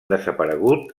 desaparegut